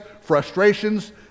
frustrations